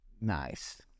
Nice